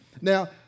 Now